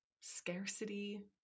scarcity